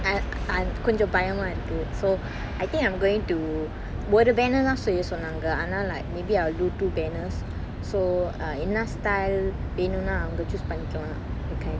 கொஞ்சம் பயமா இருக்கு:konjam bayama irukku so I think I am going to ஒரு:oru banner தான் செய்ய சொன்னாங்க ஆனா:thaan seyya sonnanga aana like maybe I'll do two banners so uh என்னா:ennaa style வேணுனா அவங்க:venuna avanga choose பண்ணிக்கலாம்:pannikkalam